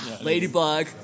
ladybug